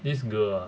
this girl ah